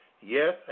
Yes